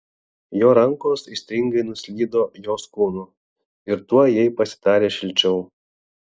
jo rankos aistringai nuslydo jos kūnu ir tuoj jai pasidarė šilčiau